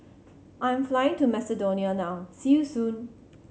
I'm flying to Macedonia now see you soon